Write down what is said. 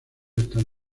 están